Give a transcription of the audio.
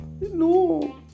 No